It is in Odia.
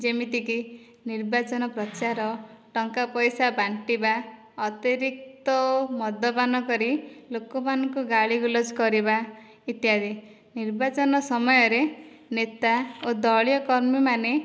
ଯେମିତିକି ନିର୍ବାଚନ ପ୍ରଚାର ଟଙ୍କା ପଇସା ବାଣ୍ଟିବା ଅତିରିକ୍ତ ମଦପାନ କରି ଲୋକମାନଙ୍କୁ ଗାଳି ଗୁଲଜ କରିବା ଇତ୍ୟାଦି ନିର୍ବାଚନ ସମୟରେ ନେତା ଓ ଦଳୀୟ କର୍ମୀମାନେ